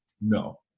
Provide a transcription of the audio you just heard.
No